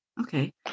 Okay